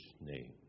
name